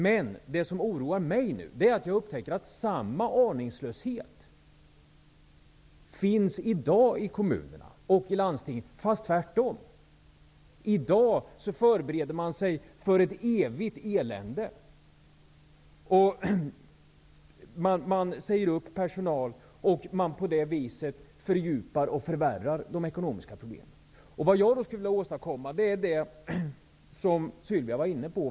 Men vad som oroar mig nu är att jag har upptäckt att samma aningslöshet finns i dag i kommunerna och i landstingen -- fast tvärtom! I dag förbereder man sig för ett evigt elände. Man säger upp personal, och på det viset fördjupas och förvärras de ekonomiska problemen. Jag skulle vilja åstadkomma det som Sylvia Lindgren nämnde.